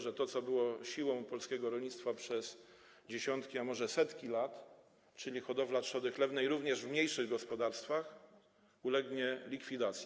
że to, co było siłą polskiego rolnictwa przez dziesiątki, a może setki, lat, czyli hodowla trzody chlewnej, również w mniejszych gospodarstwach, ulegnie likwidacji.